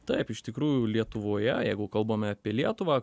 taip iš tikrųjų lietuvoje jeigu kalbame apie lietuvą